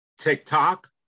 TikTok